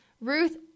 Ruth